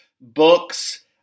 books